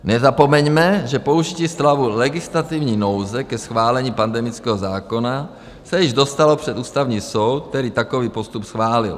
Nezapomeňme, že použití stavu legislativní nouze ke schválení pandemického zákona se již dostalo před Ústavní soud, který takový postup schválil.